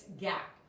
gap